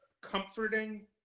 comforting